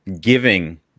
giving